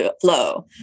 flow